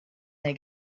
they